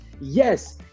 Yes